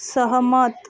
सहमत